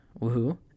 woohoo